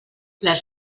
les